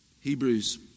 Hebrews